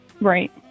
Right